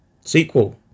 Sequel